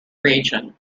region